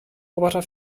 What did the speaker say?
roboter